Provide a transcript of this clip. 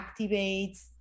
activates